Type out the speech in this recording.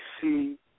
see